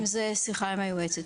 אם זה שיחה עם היועצת.